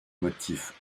motifs